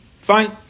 Fine